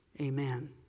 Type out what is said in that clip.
Amen